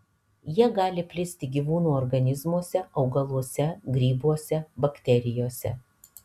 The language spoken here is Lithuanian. jie gali plisti gyvūnų organizmuose augaluose grybuose bakterijose